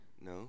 No